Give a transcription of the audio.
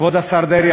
כבוד השר דרעי,